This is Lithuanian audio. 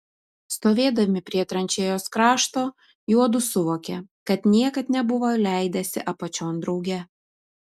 stovėdami prie tranšėjos krašto juodu suvokė kad niekad nebuvo leidęsi apačion drauge